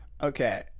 Okay